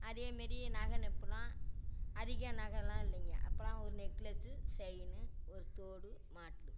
அதேமாரி நகைநப்புலாம் அதிக நகைலாம் இல்லைங்க அப்போலாம் ஒரு நெக்லஸு செயினு ஒரு தோடு மாட்டலு